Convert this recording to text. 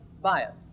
bias